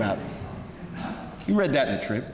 about you read that trip